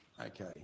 okay